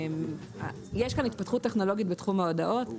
יש כאן התפתחות טכנולוגית בתחום ההודעות,